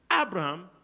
Abraham